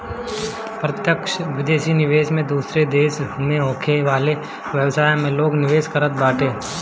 प्रत्यक्ष विदेशी निवेश में दूसरा देस में होखे वाला व्यवसाय में लोग निवेश करत बाटे